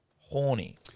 horny